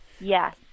Yes